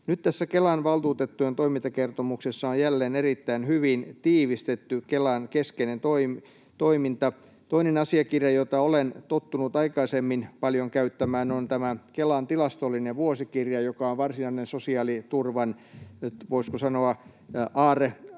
Nyt tässä Kelan valtuutettujen toimintakertomuksessa on jälleen erittäin hyvin tiivistetty Kelan keskeinen toiminta. Toinen asiakirja, jota olen tottunut aikaisemmin paljon käyttämään, on tämä Kelan tilastollinen vuosikirja, [Puhuja näyttää kädessään pitämäänsä kirjaa] joka on varsinainen sosiaaliturvan, voisiko sanoa, aarrearkku.